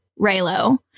Raylo